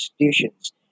institutions